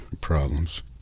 problems